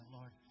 Lord